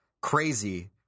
crazy